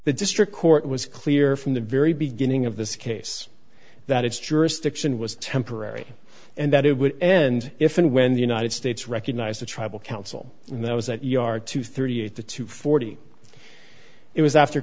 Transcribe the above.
the district court was clear from the very beginning of this case that its jurisdiction was temporary and that it would end if and when the united states recognized the tribal council and that was that yard to thirty eight dollars the to forty it was after